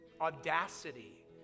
audacity